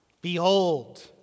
behold